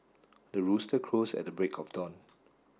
the rooster crows at the break of dawn